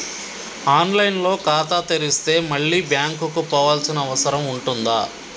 On line లో ఖాతా తెరిస్తే మళ్ళీ బ్యాంకుకు పోవాల్సిన అవసరం ఉంటుందా?